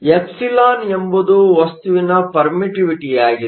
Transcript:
ε ಎಂಬುದು ವಸ್ತುವಿನ ಪರ್ಮಿಟ್ಟಿವಿಟಿಯಾಗಿದೆ